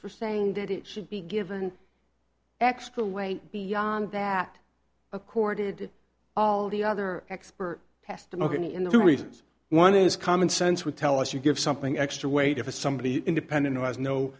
for saying that it should be given extra weight beyond that accorded the other expert testimony in the reasons one is common sense would tell us you give something extra weight if it's somebody independent who has no